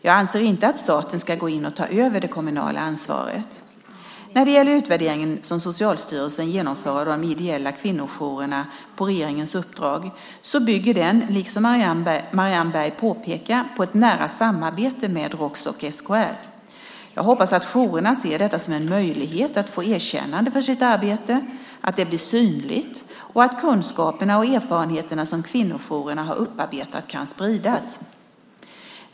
Jag anser inte att staten ska gå in och ta över det kommunala ansvaret. Den utvärdering som Socialstyrelsen genomför av de ideella kvinnojourerna på regeringens uppdrag bygger, liksom Marianne Berg påpekar, på ett nära samarbete med Roks och SKR. Jag hoppas att jourerna ser detta som en möjlighet att få ett erkännande för sitt arbete, att det blir synligt och att de kunskaper och erfarenheter som kvinnojourerna har upparbetat kan spridas.